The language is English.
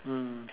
mm